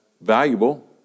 valuable